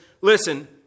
listen